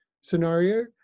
scenario